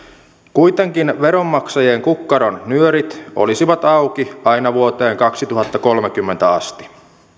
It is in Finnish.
kuitenkin veronmaksajien kukkaronnyörit olisivat auki aina vuoteen kaksituhattakolmekymmentä asti